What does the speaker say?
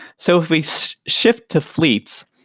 so if we so shift to fleets,